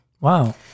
Wow